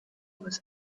was